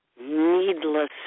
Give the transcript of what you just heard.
needless